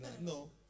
no